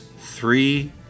three